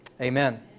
Amen